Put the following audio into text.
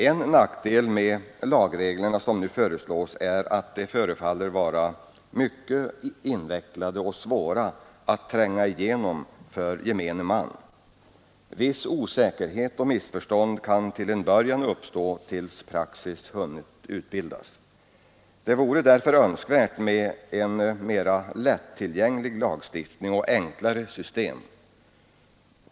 En nackdel med de lagregler som nu föreslås är att de förefaller vara mycket invecklade och svåra att tränga in i för gemene man. Viss osäkerhet och vissa missförstånd kan till en början uppstå, tills praxis hunnit utbildas. Det vore därför önskvärt med en mera lättillgänglig lagstiftning och ett enklare system.